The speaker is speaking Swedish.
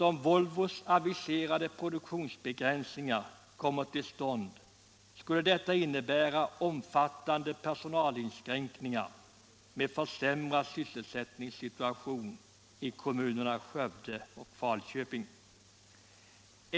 Om Volvos aviserade produktionsbegränsningar skulle komma till stånd, innebär det omfattande personalinskränkningar med en försämrad sysselsättningssituation i kommunerna Skövde och Falköping.